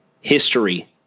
history